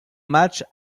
matchs